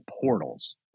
portals